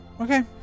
okay